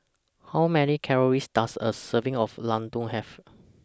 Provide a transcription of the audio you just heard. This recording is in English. How Many Calories Does A Serving of Laddu Have